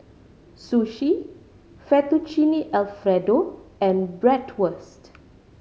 Sushi Fettuccine Alfredo and Bratwurst